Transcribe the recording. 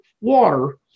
water